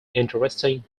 interesting